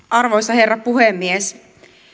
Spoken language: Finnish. arvoisa herra puhemies